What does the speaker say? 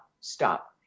stop